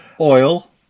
Oil